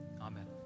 amen